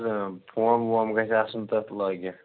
فوم ووم گَژھِ آسُن تتھ لٲگِتھ